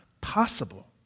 possible